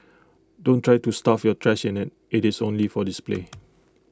don't try to stuff your trash in IT it is only for display